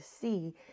see